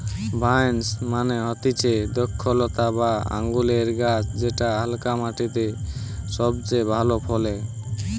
vines মানে হতিছে দ্রক্ষলতা বা আঙুরের গাছ যেটা হালকা মাটিতে সবচে ভালো ফলে